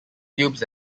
tubes